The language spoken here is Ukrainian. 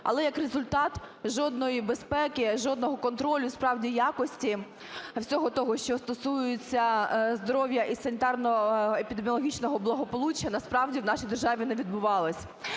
Але як результат, жодної безпеки, жодного контролю справді якості, всього того, що стосується здоров'я і санітарно епідеміологічного благополуччя, насправді, в нашій державі не відбувалось.